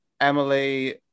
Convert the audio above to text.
Emily